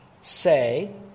say